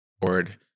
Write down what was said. board